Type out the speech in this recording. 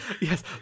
yes